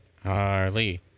Harley